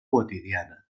quotidiana